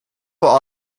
will